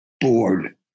bored